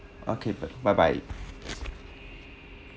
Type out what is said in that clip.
okay bye bye